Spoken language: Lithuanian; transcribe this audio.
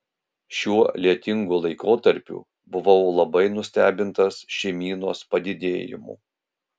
šiuo lietingu laikotarpiu buvau labai nustebintas šeimynos padidėjimu